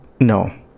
No